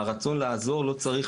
הרצון לעזור לא צריך